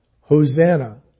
Hosanna